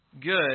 good